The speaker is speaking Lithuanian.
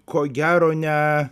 ko gero nee